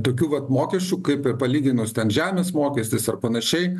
tokių vat mokesčių kaip ir palyginus ten žemės mokestis ar panašiai